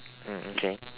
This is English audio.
hmm okay